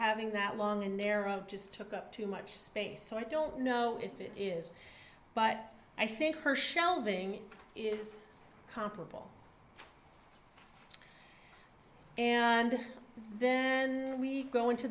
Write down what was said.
having that long and narrow just took up too much space so i don't know if it is but i think her shelving is comparable and then go into